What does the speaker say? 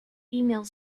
female